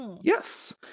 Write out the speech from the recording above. Yes